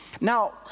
Now